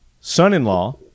son-in-law